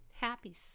happy